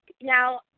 Now